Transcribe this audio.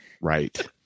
Right